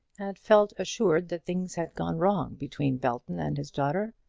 had felt assured that things had gone wrong between belton and his daughter.